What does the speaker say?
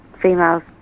females